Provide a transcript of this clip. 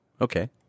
Okay